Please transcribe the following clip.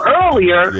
earlier